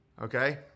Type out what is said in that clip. Okay